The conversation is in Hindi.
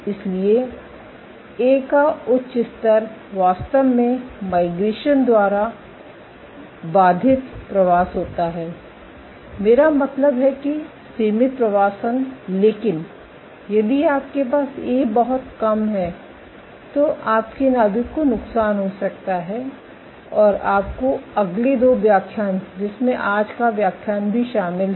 इसलिए ए का उच्च स्तर वास्तव में माइग्रेशन द्वारा बाधित प्रवास होता है मेरा मतलब है कि सीमित प्रवासन लेकिन यदि आपके पास ए बहुत कम है तो आपके नाभिक को नुकसान हो सकता है तो आपको अगले दो व्याख्यान जिसमें आज का व्याख्यान भी शामिल है